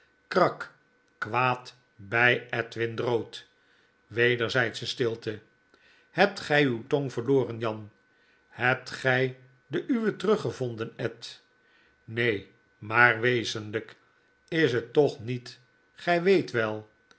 krak kwaad by edwin drood wederzydsche stilte hebt gy uw tong verloren jan hebt gy de uwe teruggevonden ed neen v maar wezenlp is het toch niet gy weet wel